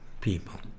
people